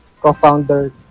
co-founder